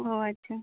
ᱚᱸᱻ ᱟᱪᱪᱷᱟ